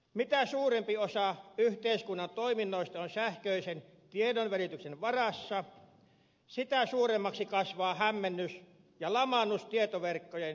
mitä suurempi osa yhteiskunnan toiminnoista on sähköisen tiedonvälityksen varassa sitä suuremmaksi kasvaa hämmennys ja lamaannus tietoverkkojen toimimattomuuden hetkellä